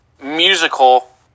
musical